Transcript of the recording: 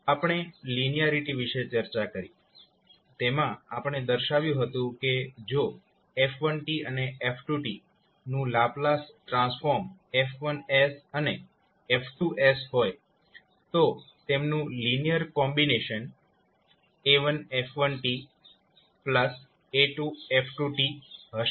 આપણે લિનીયારીટી વિશે ચર્ચા કરી તેમાં આપણે દર્શાવ્યું હતું કે જો f1 અને f2 નું લાપ્લાસ ટ્રાન્સફોર્મ F1 અને F2 હોય તો તેમનું લિનીયર કોમ્બિનેશન a1f1a2f2 હશે